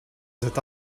cet